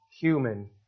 human